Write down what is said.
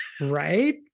Right